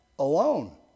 Alone